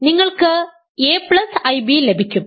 നിങ്ങൾക്ക് aib ലഭിക്കും